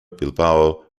bilbao